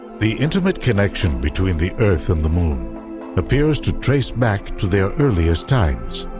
the intimate connection between the earth and the moon appears to trace back to their earliest times.